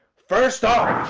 first off!